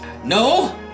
No